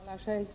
Herr talman!